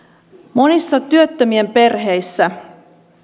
monissa työttömien perheissä